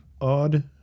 odd